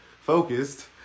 focused